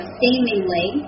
seemingly